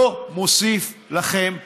לא מוסיף לכם כבוד,